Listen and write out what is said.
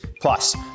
Plus